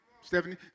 Stephanie